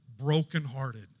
brokenhearted